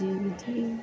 ਜੀ ਜੀ